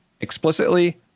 explicitly